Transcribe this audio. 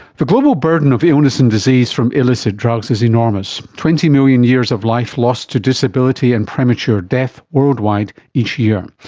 the global burden of illness and disease from illicit drugs is enormous. twenty million years of life lost to disability and premature death worldwide each year.